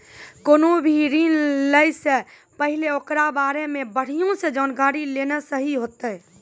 कोनो भी ऋण लै से पहिले ओकरा बारे मे बढ़िया से जानकारी लेना सही होतै